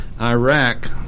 Iraq